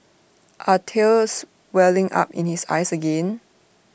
are tears welling up in his eyes again